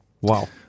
Wow